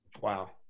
Wow